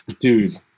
Dude